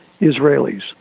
Israelis